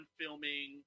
filming